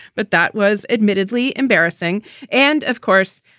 but that was admittedly embarrassing and of course,